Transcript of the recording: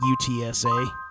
UTSA